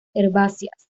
herbáceas